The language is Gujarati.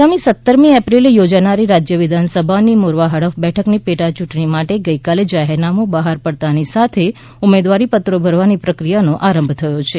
આગામી સત્તરમી એપ્રિલે યોજાનારી રાજ્ય વિધાનસભાની મોરવાહડફ બેઠકની પેટા યૂંટણી માટે ગઇકાલે જાહેરનામુ બહાર પડતાની સાથે ઉમેદવારી પત્રો ભરવાની પ્રક્રિયાનો આરંભ થયો છે